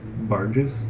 barges